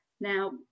Now